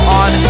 on